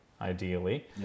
ideally